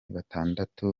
batandatu